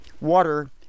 water